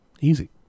Easy